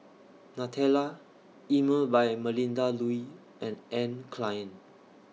Nutella Emel By Melinda Looi and Anne Klein